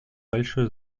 большое